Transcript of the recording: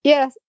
Yes